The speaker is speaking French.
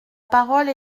parole